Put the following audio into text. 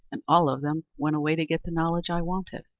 and all of them went away to get the knowledge i wanted.